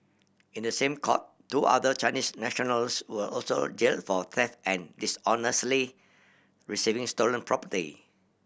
in the same court two other Chinese nationals were also jails for theft and dishonestly receiving stolen property